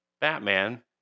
Batman